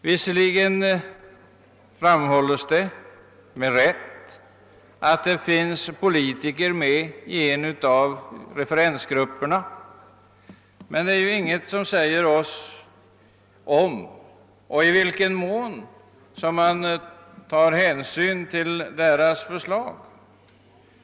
Visserligen framhålles det med rätta att politikerna är representerade i en av utredningens referensgrupper, men vi får inte veta om och i vilken mån som man tar hänsyn till deras förslag.